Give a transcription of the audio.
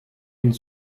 une